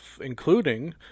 including